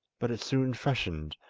but it soon freshened,